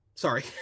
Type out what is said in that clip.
sorry